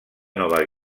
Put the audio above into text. nova